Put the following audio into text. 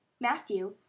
matthew